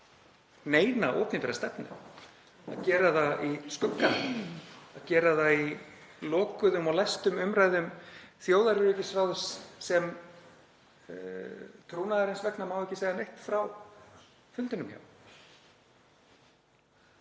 neina opinbera stefnu að gera það í skugganum, gera það í lokuðum og læstum umræðum þjóðaröryggisráðs sem trúnaðarins vegna má ekki segja neitt frá fundum